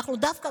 אנחנו דווקא,